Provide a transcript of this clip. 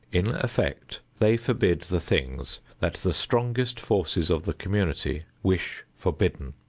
in effect, they forbid the things that the strongest forces of the community wish forbidden,